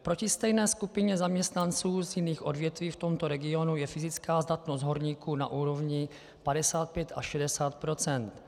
Proti stejné skupině zaměstnanců z jiných odvětví v tomto regionu je fyzická zdatnost horníků na úrovni 55 až 60 %.